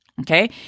okay